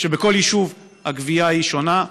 כשבכל יישוב הגבייה היא שונה.